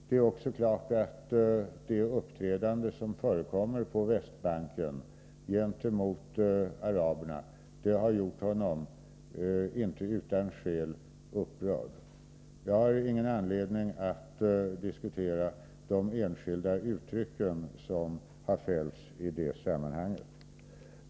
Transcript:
Det är också klart att det uppträdande som förekommer på Västbanken gentemot araberna har gjort honom inte utan skäl upprörd. Jag har ingen anledning att diskutera de enskilda uttryck som har fällts i det sammanhanget.